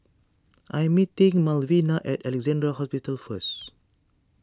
I am meeting Malvina at Alexandra Hospital first